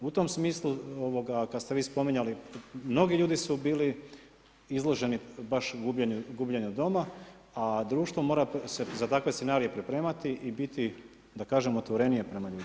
U tom smislu kad ste vi spominjali, mnogi ljudi su bili izloženi baš gubljenju doma a društvo mora se za takve scenarije pripremati i biti da kažem, otvorenije prema ljudima.